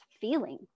feeling